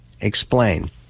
Explain